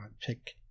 pick